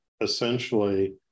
essentially